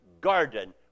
garden